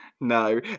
No